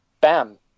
bam